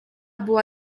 była